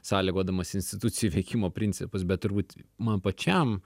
sąlygodamas institucijų veikimo principus bet turbūt man pačiam